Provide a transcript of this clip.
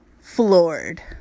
floored